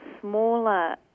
smaller